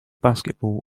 basketball